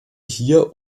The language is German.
hier